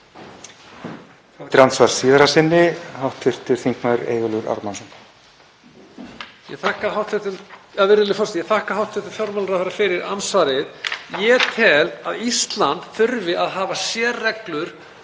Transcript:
Ég þakka hæstv. fjármálaráðherra fyrir andsvarið. Ég tel að Ísland þurfi að hafa sérreglur